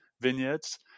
vineyards